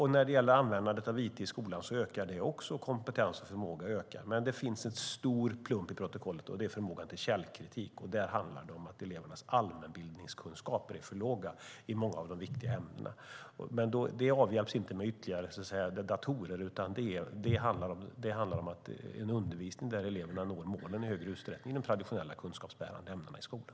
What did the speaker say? När det gäller användandet av it i skolan ökar kompetensen och förmågan. Det finns dock en stor plump i protokollet, och det är förmågan till källkritik. Där handlar det om att elevernas allmänbildningskunskaper är för låga i många av de viktiga ämnena. Men det avhjälps inte med ytterligare datorer, utan det handlar om en undervisning där eleverna i högre utsträckning når målen i de traditionella kunskapsbärande ämnena i skolan.